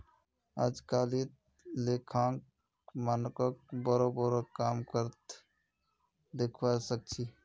अजकालित लेखांकन मानकक बोरो बोरो काम कर त दखवा सख छि